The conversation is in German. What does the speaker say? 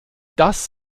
das